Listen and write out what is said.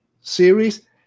series